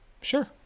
sure